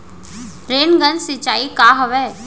Rain gun सिंचाई का हवय?